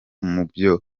mubyo